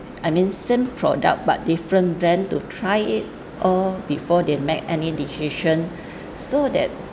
I mean same product but different brand to try it or before they make any decision so that